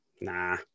nah